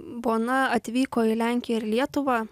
bona atvyko į lenkiją ir lietuvą